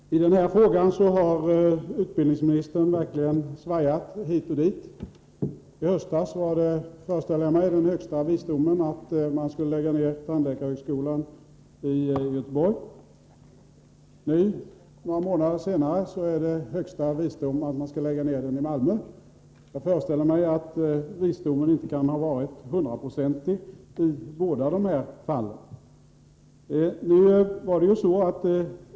Herr talman! I denna fråga har utbildningsministern verkligen svajat hit och dit. I höstas var det, föreställer jag mig, den högsta visdomen att lägga ned tandläkarhögskolan i Göteborg. Nu, några månader senare, är det högsta visdom att lägga ned tandläkarhögskolan i Malmö. Jag föreställer mig att visdomen inte kan ha varit hundraprocentig i båda dessa fall.